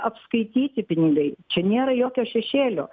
apskaityti pinigai čia nėra jokio šešėlio